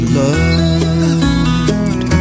loved